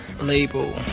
label